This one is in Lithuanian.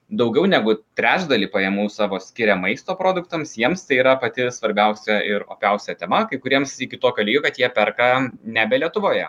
daugiau negu trečdalį pajamų savo skiria maisto produktams jiems tai yra pati svarbiausia ir opiausia tema kai kuriems iki tokio lygio kad jie perka nebe lietuvoje